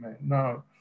no